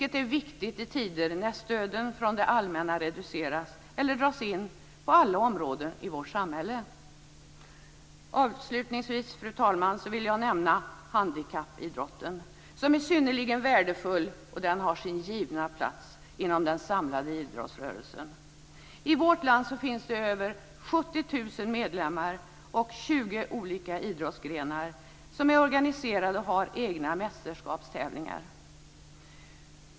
Det är viktigt i tider när stöden från det allmänna reduceras eller dras in på alla områden i vårt samhälle. Avslutningsvis, fru talman, vill jag nämna handikappidrotten. Den är synnerligen värdefull, och den har sin givna plats inom den samlade idrottsrörelsen. I vårt land finns det över 70 000 medlemmar i 20 olika idrottsgrenar som är organiserade och har egna mästerskapstävlingar.